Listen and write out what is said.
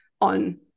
on